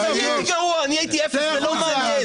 אז אני הייתי גרוע, אני הייתי אפס, זה לא מעניין.